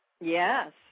Yes